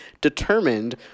determined